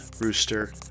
Rooster